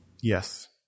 Yes